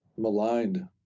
maligned